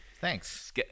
Thanks